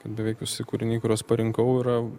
beveik visi kūriniai kuriuos parinkau yra